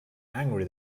angry